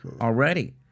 already